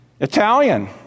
Italian